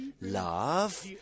love